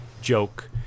joke